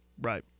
right